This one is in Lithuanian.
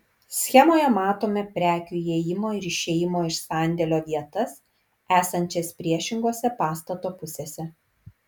schemoje matome prekių įėjimo ir išėjimo iš sandėlio vietas esančias priešingose pastato pusėse